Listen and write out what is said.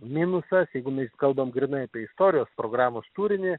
minusas jeigu mes kalbam grynai apie istorijos programos turinį